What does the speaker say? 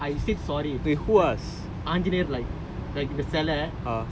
err அப்படியா நா சொன்னே:appadiyaa naa sonnae then after I I said sorry